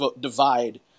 divide